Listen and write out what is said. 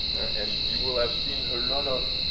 and you will have seen a lot of